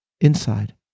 Inside